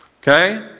Okay